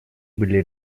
были